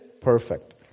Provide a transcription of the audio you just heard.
perfect